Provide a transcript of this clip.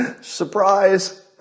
Surprise